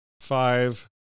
five